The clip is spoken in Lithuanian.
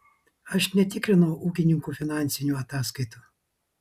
aš netikrinau ūkininkų finansinių ataskaitų